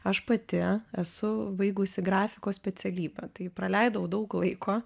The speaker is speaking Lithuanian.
aš pati esu baigusi grafikos specialybę tai praleidau daug laiko